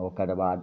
ओकर बाद